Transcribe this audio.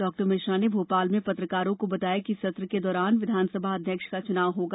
डॉ मिश्रा ने भोपाल में पत्रकारों को बताया कि सत्र के दौरान विधानसभा अध्यक्ष का चुनाव होगा